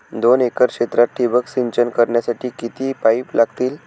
दोन एकर क्षेत्रात ठिबक सिंचन करण्यासाठी किती पाईप लागतील?